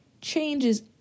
changes